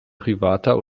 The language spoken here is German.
privater